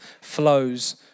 flows